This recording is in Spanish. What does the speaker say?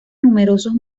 numerosos